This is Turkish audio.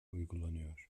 uygulanıyor